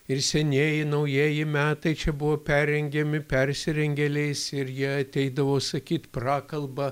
ir senieji naujieji metai čia buvo perrengiami persirengėliais ir jie ateidavo sakyt prakalbą